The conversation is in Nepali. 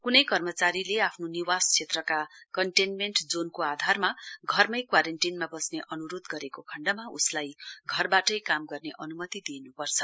क्नै कर्मचारीले आफ्नो निवास क्षेत्रका कन्टेन्मेट जोनको आधारमा घरमै क्वारेन्टीनमा बस्ने अन्रोध गरेको खण्डमा उसलाई घरबाटै काम गर्ने अन्मति दिन्पर्छ